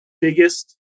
biggest